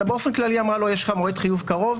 אלא באופן כללי היא אמרה: יש לך מועד חיוב קרוב,